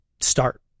start